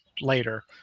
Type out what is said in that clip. later